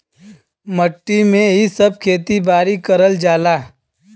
मट्टी में ही सब खेती बारी करल जाला